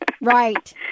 Right